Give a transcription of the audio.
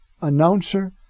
announcer